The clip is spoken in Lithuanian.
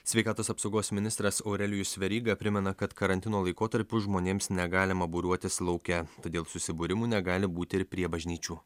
sveikatos apsaugos ministras aurelijus veryga primena kad karantino laikotarpiu žmonėms negalima būriuotis lauke todėl susibūrimų negali būti ir prie bažnyčių